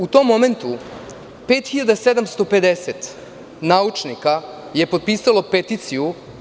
U tom momentu 5.750 naučnika je potpisalo peticiju.